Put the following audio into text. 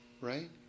Right